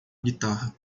guitarra